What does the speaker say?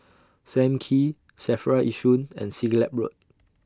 SAM Kee SAFRA Yishun and Siglap Road